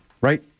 right